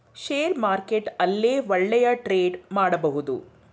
share market ಅಲ್ಲೇ ಒಳ್ಳೆಯ trade ಮಾಡಬಹುದು